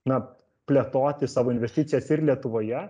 na plėtoti savo investicijas ir lietuvoje